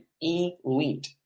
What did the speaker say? elite